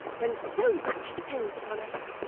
when so much depends upon us.